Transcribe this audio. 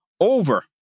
over